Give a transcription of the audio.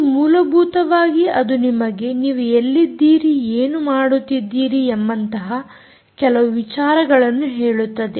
ಮತ್ತು ಮೂಲಭೂತವಾಗಿ ಅದು ನಿಮಗೆ ನೀವು ಎಲ್ಲಿದ್ದೀರಿ ಏನು ಮಾಡುತ್ತಿದ್ದೀರಿ ಎಂಬಂತಹ ಕೆಲವು ವಿಚಾರಗಳನ್ನು ಹೇಳುತ್ತದೆ